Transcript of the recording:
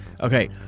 Okay